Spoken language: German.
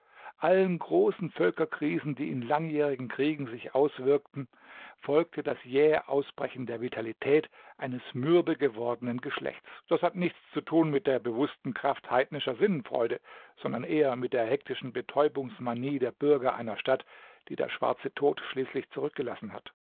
allen großen völkerkrisen die in langjährigen kriegen sich auswirkten folgte das jähe ausbrechen der vitalität eines mürbe gewordenen geschlechts das hat nichts zu tun mit der bewußten kraft heidnischer sinnenfreude sondern eher mit der hektischen betäubungsmanie der bürger einer stadt die der schwarze tod schließlich zurückgelassen hat